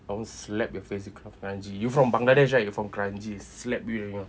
I want slap your face you come from kranji you from bangladesh right you from kranji slap you then you know